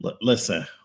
Listen